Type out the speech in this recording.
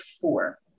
four